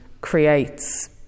creates